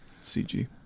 CG